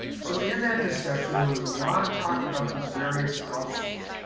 so in that discussion, there was a lot of talk about these various options.